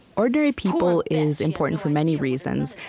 ordinary people is important for many reasons,